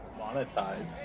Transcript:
monetized